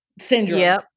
Syndrome